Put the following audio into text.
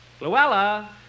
Luella